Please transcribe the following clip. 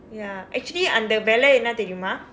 ya actually அந்த விலை என்ன தெரியுமா:andtha villai enna theriyumaa